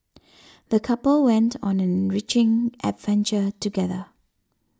the couple went on an enriching adventure together